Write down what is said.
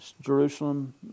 Jerusalem